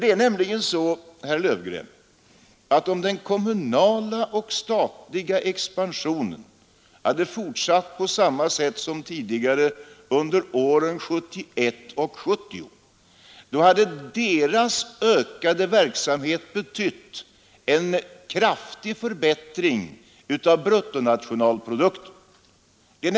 Det är nämligen så, herr Löfgren, att om den kommunala och den statliga expansionen hade fortsatt på samma sätt som tidigare under åren 1970 och 1971, så hade de ökade verksamheterna där betytt en kraftig förbättring av bruttonationalprodukten.